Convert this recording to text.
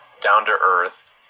Down-to-earth